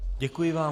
Děkuji vám.